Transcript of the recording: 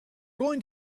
going